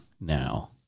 now